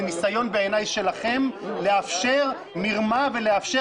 זה בעיני ניסיון שלכם לאפשר מרמה ולאפשר